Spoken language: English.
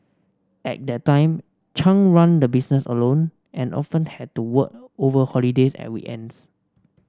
at that time Chung ran the business alone and often had to work over holidays and weekends